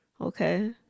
Okay